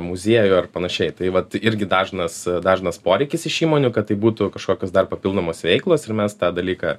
muziejų ar panašiai tai vat irgi dažnas dažnas poreikis iš įmonių kad tai būtų kažkokios dar papildomos veiklos ir mes tą dalyką